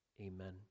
amen